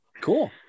Cool